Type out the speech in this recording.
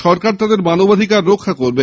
সরকার তাদের মানবাধিকার রক্ষা করবে